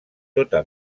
tota